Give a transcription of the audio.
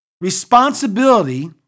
responsibility